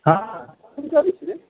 हँ कि करै छी रे